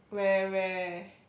where where